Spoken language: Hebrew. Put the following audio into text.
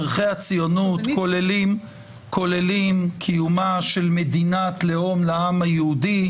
ערכי הציונות כוללים קיומה של מדינת לאום לעם היהודי,